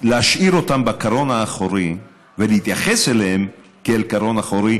להשאיר אותם בקרון האחורי ולהתייחס אליהם כאל קרון אחורי,